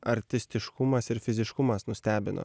artistiškumas ir fiziškumas nustebino